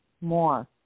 more